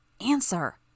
answer